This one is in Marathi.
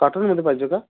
कॉटनमध्ये पाहिजे का